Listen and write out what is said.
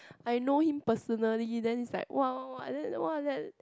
I know him personally then it's like what what what